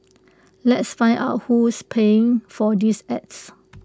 let's find out who's paying for these ads